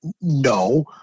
No